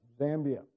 Zambia